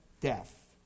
Death